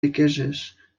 riqueses